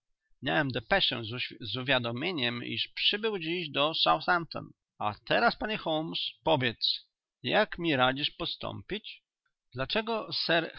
miałem depeszę z uwiadomieniem iż przybył dziś do southampton a teraz panie holmes powiedz jak mi radzisz postąpić dlaczego